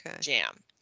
jam